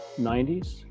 90s